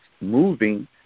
moving